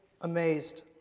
amazed